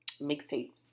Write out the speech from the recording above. mixtapes